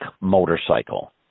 motorcycle